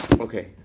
Okay